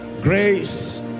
grace